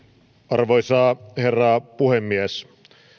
arvoisa herra puhemies